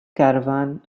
caravan